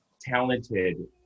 talented